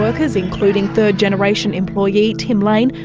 workers, including third generation employee tim lane,